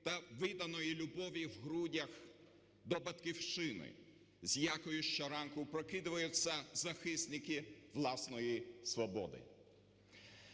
та виданої любові в грудях до Батьківщини, з якою щоранку прокидаються захисники власної свободи.